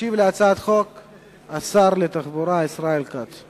הצעת החוק מועברת כמובן לוועדת הכספים,